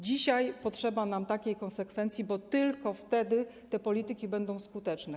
Dzisiaj potrzeba nam konsekwencji, bo tylko wtedy te polityki będą skuteczne.